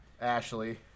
Ashley